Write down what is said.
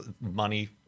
money